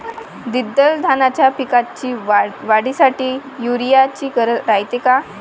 द्विदल धान्याच्या पिकाच्या वाढीसाठी यूरिया ची गरज रायते का?